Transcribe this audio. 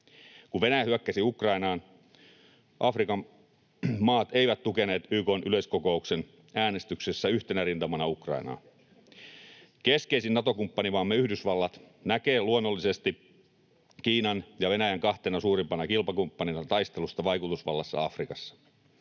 Kun Venäjä hyökkäsi Ukrainaan, Afrikan maat eivät tukeneet YK:n yleiskokouksen äänestyksessä yhtenä rintamana Ukrainaa. Keskeisin Nato-kumppanimme Yhdysvallat näkee luonnollisesti Kiinan ja Venäjän kahtena suurimpana kilpakumppaninaan taistelussa vaikutusvallasta Afrikassa,